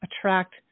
attract